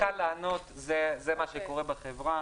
זה מה שקורה בחברה.